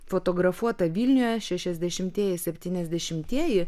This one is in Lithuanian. fotografuota vilniuje šešiasdešimtieji septyniasdešimtieji